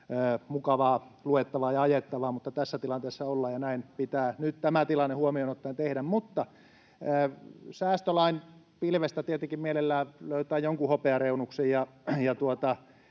mukavaa luettavaa ja ajettavaa, mutta tässä tilanteessa ollaan, ja näin pitää nyt tämä tilanne huomioon ottaen tehdä. Mutta säästölain pilvestä tietenkin mielellään löytää jonkun hopeareunuksen,